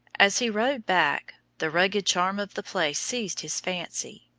as he rowed back, the rugged charm of the place seized his fancy.